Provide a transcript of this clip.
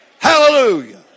Hallelujah